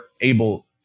able